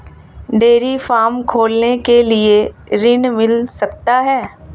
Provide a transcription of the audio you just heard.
Dairy farm खोलने के लिए ऋण मिल सकता है?